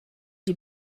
die